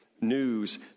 news